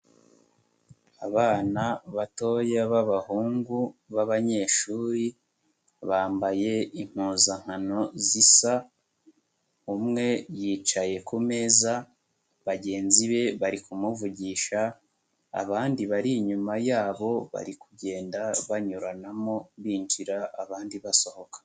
Abana batoya b'abahungu b'abanyeshuri bambaye impuzankano zisa, umwe yicaye ku meza bagenzi be bari kumuvugisha abandi bari inyuma yabo bari kugenda banyuranamo binjira abandi basohoka.